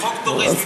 החוק דורש,